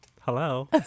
Hello